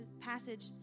passage